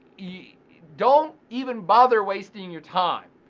yeah don't even bother wasting your time.